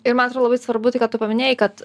ir man atro labai svarbu tai ką tu paminėjai kad